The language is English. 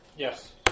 Yes